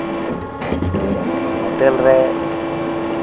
ᱧᱮᱯᱮᱞ ᱨᱮ